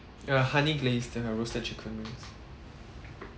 ya honey glazed then our roasted chicken wings